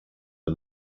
the